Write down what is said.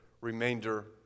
remainder